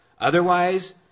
Otherwise